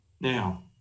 Now